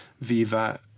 Viva